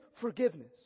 forgiveness